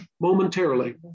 momentarily